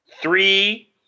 Three